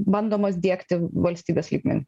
bandomos diegti valstybės lygmeniu